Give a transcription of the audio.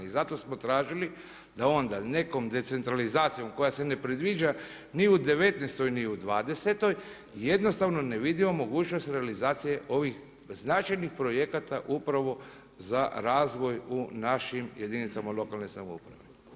I zato smo tražili da onda nekom decentralizacijom koja se ne predviđa ni u 2019. ni u 2020. jednostavno ne vidimo mogućnost realizacije ovih značajnih projekata upravo za razvoj u našim jedinicama lokalne samouprave.